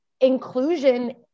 Inclusion